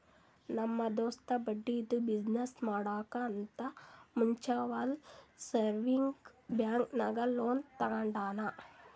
ನಮ್ ದೋಸ್ತ ಬಟ್ಟಿದು ಬಿಸಿನ್ನೆಸ್ ಮಾಡ್ಬೇಕ್ ಅಂತ್ ಮ್ಯುಚುವಲ್ ಸೇವಿಂಗ್ಸ್ ಬ್ಯಾಂಕ್ ನಾಗ್ ಲೋನ್ ತಗೊಂಡಾನ್